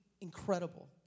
incredible